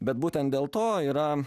bet būtent dėl to yra